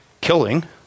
killing